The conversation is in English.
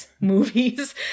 movies